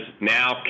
now